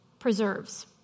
Preserves